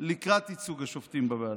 לקראת ייצוג השופטים בוועדה.